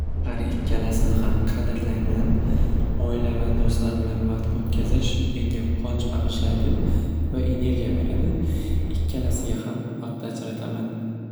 Xar ikkalasiniyam qadrlayman oila va do'stlar bilan vaqt o'tkazish menga quvonch bag'ishlaydi va energiya beradi ikkalasiga ham vaqt ajrataman.